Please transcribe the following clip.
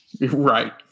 right